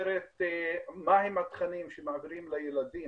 מה הם התכנים שמעבירים לילדים,